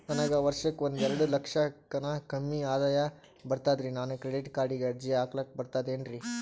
ನನಗ ವರ್ಷಕ್ಕ ಒಂದೆರಡು ಲಕ್ಷಕ್ಕನ ಕಡಿಮಿ ಆದಾಯ ಬರ್ತದ್ರಿ ನಾನು ಕ್ರೆಡಿಟ್ ಕಾರ್ಡೀಗ ಅರ್ಜಿ ಹಾಕ್ಲಕ ಬರ್ತದೇನ್ರಿ?